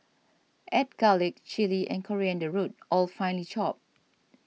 add garlic chilli and coriander root all fined chopped